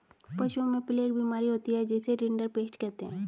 पशुओं में प्लेग बीमारी होती है जिसे रिंडरपेस्ट कहते हैं